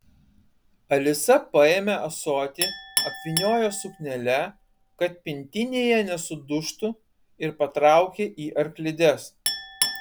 alisa paėmė ąsotį apvyniojo suknele kad pintinėje nesudužtų ir patraukė į arklides